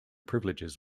privileges